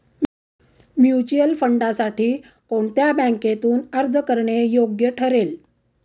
Mutual फंडांसाठी कोणत्या बँकेतून अर्ज करणे योग्य ठरेल?